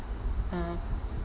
mm